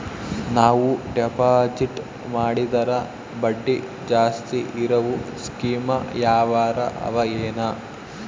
ನಾವು ಡೆಪಾಜಿಟ್ ಮಾಡಿದರ ಬಡ್ಡಿ ಜಾಸ್ತಿ ಇರವು ಸ್ಕೀಮ ಯಾವಾರ ಅವ ಏನ?